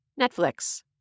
Netflix